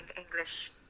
English